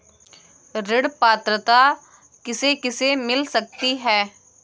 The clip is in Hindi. ऋण पात्रता किसे किसे मिल सकती है?